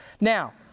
Now